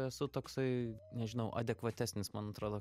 esu toksai nežinau adekvatesnis man atrodo